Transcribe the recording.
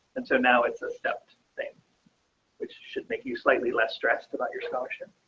and so now it's a step thing which should make you slightly less stressed about your selection.